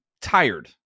tired